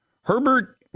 Herbert